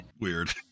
weird